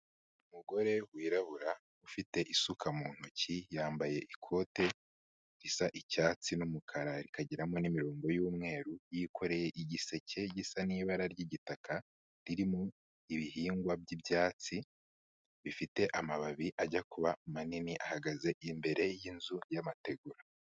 Umugore wirabura ufite isuka mu ntoki, yambaye ikote risa icyatsi n'umukara rikagiramo n'imirongo y'umweru, yikoreye igiseke gisa n'ibara ry'igitaka, ririmo ibihingwa by'ibyatsi bifite amababi ajya kuba manini ahagaze imbere y'inzu y'amategura.